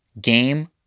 Game